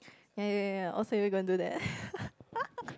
ya ya ya oh so you gonna do that